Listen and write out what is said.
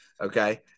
okay